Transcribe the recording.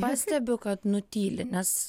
pastebiu kad nutyli nes